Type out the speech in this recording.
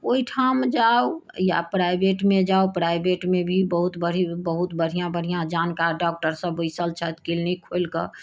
ओहिठाम जाऊ या प्राइभेटमे जाऊ प्राइभेटमे भी बहुत बड़ी बहुत बढ़िऑं बढ़िऑं जानकार डॉक्टर सभ बैसल छथि क्लिनिक खोलिकऽ